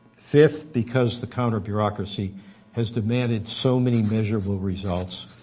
fifth, because the counter-bureaucracy has demanded so many measurable results,